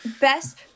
best